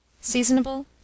Seasonable